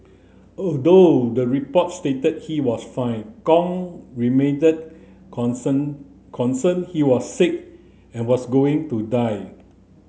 although the report stated he was fine Kong remained concern concerned he was sick and was going to die